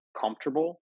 comfortable